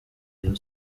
rayon